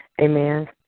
Amen